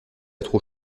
trop